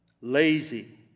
lazy